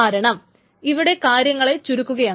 കാരണം ഇവിടെ കാര്യങ്ങളെ ചുരുക്കുകയാണ്